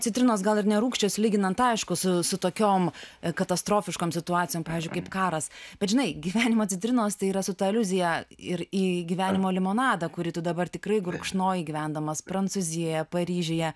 citrinos gal ir nerūgščios lyginant aišku su su tokiom katastrofiškom situacijom pavyzdžiui kaip karas bet žinai gyvenimo citrinos tai yra su ta aliuzija ir į gyvenimo limonadą kurį tu dabar tikrai gurkšnoji gyvendamas prancūzijoje paryžiuje